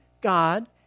God